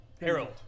Harold